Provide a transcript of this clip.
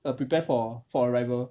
err prepare for for arrival